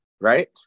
right